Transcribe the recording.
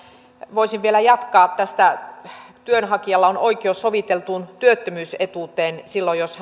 voisin vielä jatkaa tästä työnhakijalla on oikeus soviteltuun työttömyysetuuteen silloin jos